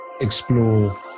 explore